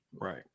Right